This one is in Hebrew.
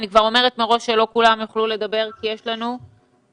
אני כבר אומרת מראש שלא כולם יוכלו לדבר כי יש לנו עוד